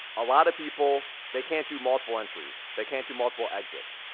a lot of people, they can't do multiple entries. they can't do multiple exits,